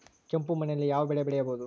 ಕೆಂಪು ಮಣ್ಣಿನಲ್ಲಿ ಯಾವ ಬೆಳೆ ಬೆಳೆಯಬಹುದು?